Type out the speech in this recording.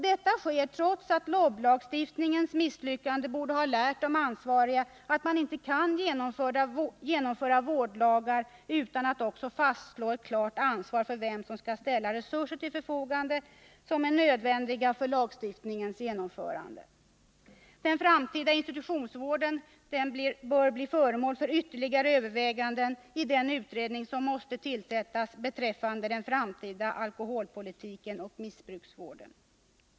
Detta sker trots att LOB-lagstiftningens misslyckande borde ha lärt de ansvariga att man inte kan genomföra vårdlagar utan att också fastslå ett klart ansvar när det gäller vem som skall ställa de resurser till förfogande vilka är nödvändiga för lagstiftningens genomförande. Den framtida institutionsvården bör bli föremål för ytterligare överväganden i den utredning som måste tillsättas beträffande den framtida alkoholpolitiken och missbruksvården.